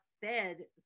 fed